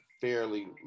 fairly